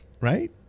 Right